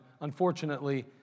unfortunately